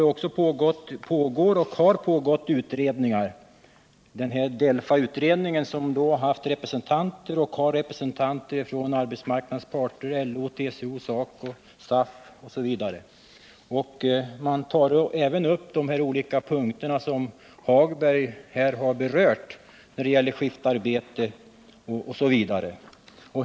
7 november 1979 Det har pågått och pågår utredningar. I DELFA-utredningen i vilken ingår representanter för arbetsmarknadens parter — LO, TCO, SACO, SAF m.fl.- — Förkortad arbetstid tar man även upp de frågor som herr Hagberg berörde. Det gäller skiftarbete m.m.